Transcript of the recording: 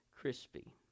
crispy